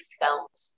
felt